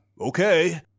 okay